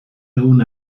egun